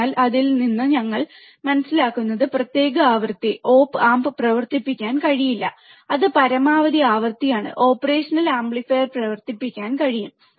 അതിനാൽ അതിൽ നിന്ന് ഞങ്ങൾ മനസ്സിലാക്കുന്നതു പ്രത്യേക ആവൃത്തി op amp പ്രവർത്തിപ്പിക്കാൻ കഴിയില്ല അത് പരമാവധി ആവൃത്തിയാണ് ഓപ്പറേഷൻ ആംപ്ലിഫയർ പ്രവർത്തിപ്പിക്കാൻ കഴിയും